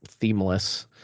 themeless